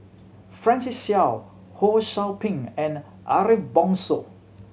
Francis Seow Ho Sou Ping and Ariff Bongso